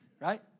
Right